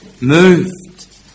moved